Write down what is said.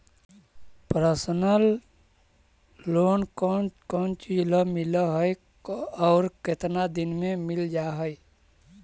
Personal loan कोन कोन चिज ल मिल है और केतना दिन में मिल जा है?